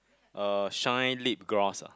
uh shine lip gloss ah